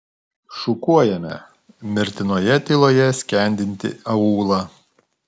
šukuojame mirtinoje tyloje skendintį aūlą